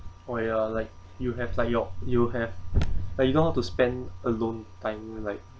oh ya like you have like your you have like you know how to spend alone time like